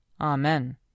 Amen